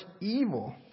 evil